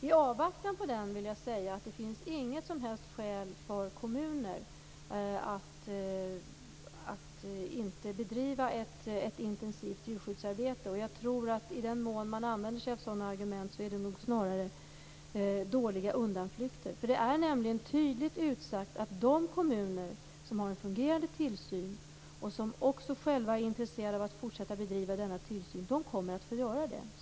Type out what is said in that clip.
I avvaktan på den vill jag säga att det inte finns något som helst skäl för kommuner att inte bedriva ett intensivt djurskyddsarbete. I den mån man använder sådana argument är det nog snarast fråga om dåliga undanflykter. Det är nämligen tydligt utsagt att de kommuner som har en fungerande tillsyn och som även själva är intresserade av att fortsätta att bedriva denna tillsyn kommer att få göra det.